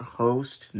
host